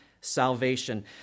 salvation